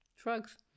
drugs